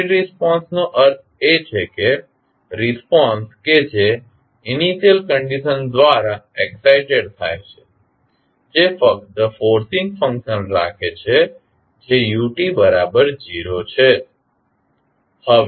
free response નો અર્થ એ છે કે રિસ્પોન્સ કે જે ઇનિશિયલ કંડિશન દ્વારા એક્સાઇટેડ થાય છે જે ફક્ત ફોર્સિંગ ફંક્શન રાખે છે જે u0 છે